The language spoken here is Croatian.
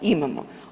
Imamo.